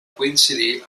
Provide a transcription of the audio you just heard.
coincidir